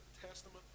testament